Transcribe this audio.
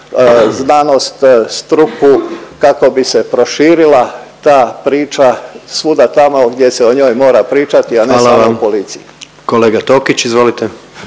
znanost, struku kako bi se proširila ta priča svuda tamo gdje se o njoj mora pričati, a ne samo …/Upadica predsjednik: Hvala vam./… u policiji.